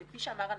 וכפי שאמר הנציב,